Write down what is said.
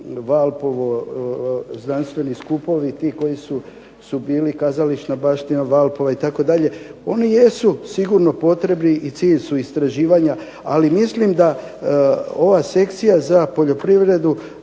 Valpovo znanstveni skupovi ti koji su bili, kazališna baština Valpova itd. oni jesu sigurno potrebni i cilj su istraživanja. Ali mislim da ova sekcija za poljoprivredu,